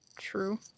True